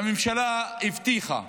הממשלה הבטיחה